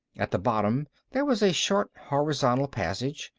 at the bottom there was a short horizontal passage.